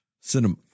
Cinema